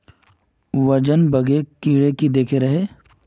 वजन बढे ले कीड़े की देके रहे?